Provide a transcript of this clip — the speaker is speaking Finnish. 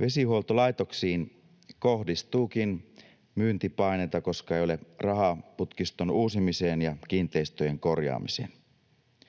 Vesihuoltolaitoksiin kohdistuukin myyntipaineita, koska ei ole rahaa putkiston uusimiseen ja kiinteistöjen korjaamiseen.